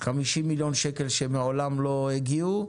50 מיליון שקל שמעולם לא הגיעו,